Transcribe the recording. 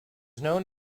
known